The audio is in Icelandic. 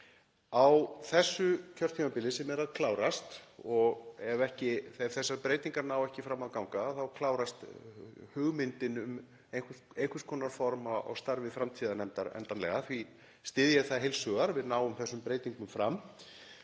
Á þessu kjörtímabili sem er að klárast og ef þessar breytingar ná ekki fram að ganga þá klárast hugmyndin um einhvers konar form á starfi framtíðarnefndar endanlega. Því styð ég það heils hugar að við náum þessum breytingum fram.